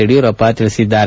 ಯಡಿಯೂರಪ್ಪ ಹೇಳಿದ್ದಾರೆ